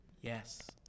yes